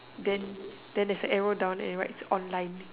then there's a arrow down and right its online